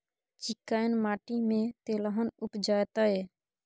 चिक्कैन माटी में तेलहन उपजतै?